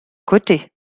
côté